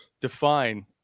define –